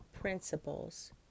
principles